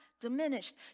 diminished